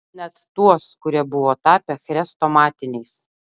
net tuos kurie buvo tapę chrestomatiniais